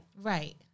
Right